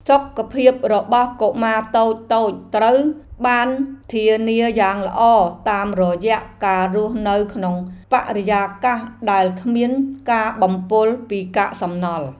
សុខភាពរបស់កុមារតូចៗត្រូវបានធានាយ៉ាងល្អតាមរយៈការរស់នៅក្នុងបរិយាកាសដែលគ្មានការបំពុលពីកាកសំណល់។